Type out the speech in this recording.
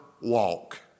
walk